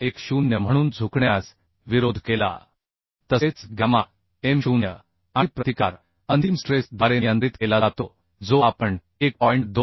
10 म्हणून झुकण्यास विरोध केला तसेच गॅमा m0 आणि प्रतिकार अंतिम स्ट्रेस द्वारे नियंत्रित केला जातो जो आपण 1